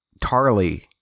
Tarly